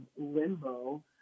limbo